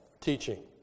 teaching